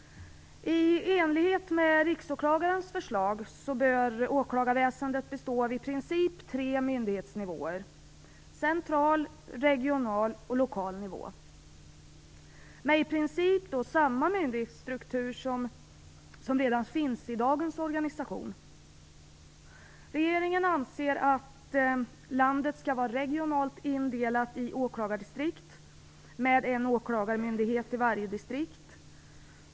I enlighet med Riksåklagarens förslag bör åklagarväsendet i princip bestå av tre myndighetsnivåer; central, regional och lokal nivå. I princip handlar det alltså om samma myndighetsstruktur som redan finns i dagens organisation. Regeringen anser att landet skall vara regionalt indelat i åklagardistrikt med en åklagarmyndighet i varje distrikt.